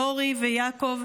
אורי ויעקב,